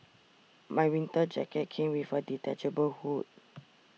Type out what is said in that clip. my winter jacket came with a detachable hood